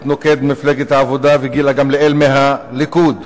נוקד ממפלגת העבודה וגילה גמליאל מהליכוד,